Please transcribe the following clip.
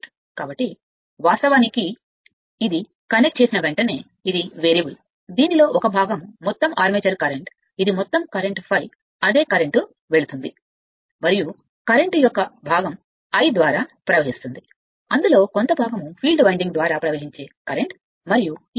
కాబట్టి వాస్తవానికి ఇది కనెక్ట్ అయిన వెంటనే ఇది వేరియబుల్ దీనిలో 1 భాగం మొత్తం ఆర్మేచర్ కరెంట్ ఇది మొత్తం కరెంట్ ∅ అదే కరెంట్ వెళుతుంది మరియు కరెంట్ యొక్క భాగం అది ప్రవహిస్తుంది ఫీల్డ్ వైండింగ్ ద్వారా ప్రవహించే కరెంట్ మరియు ఈ భాగం ద్వారా